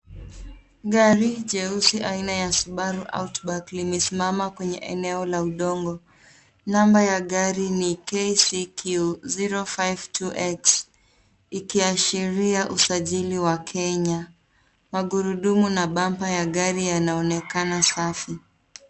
Gari jeusi aina ya Subaru Outback limesimama kwenye eneo la udongo. Namba ya gari ni KCQ 052X ikiashiria usajili wa Kenya. Magurudumu na bamba ya gari yanaonekana safi.